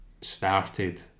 started